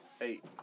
Eight